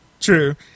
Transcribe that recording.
True